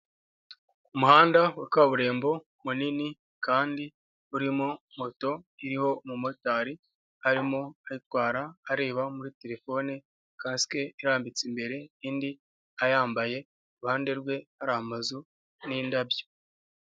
Umuhanda wa kaburimbo munini kandi urimo moto iriho umumotari, arimo ayitwara areba muri terefone, kasike irambitse imbere indi ayambaye, iruhande rwe hari amazu n'indabyo.